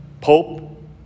Pope